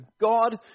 God